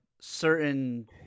certain